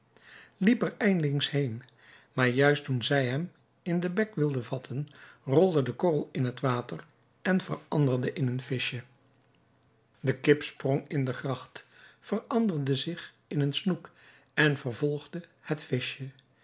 liep er ijlings heen maar juist toen zij hem in den bek wilde vatten rolde de korrel in het water en veranderde in een vischje de kip sprong in de gracht veranderde zich in een snoek en vervolgde het